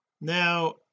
now